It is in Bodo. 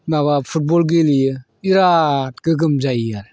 माबा फुटबल गेलेयो बिराद गोग्गोम जायो आरो